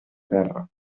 terra